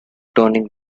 turning